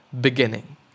beginning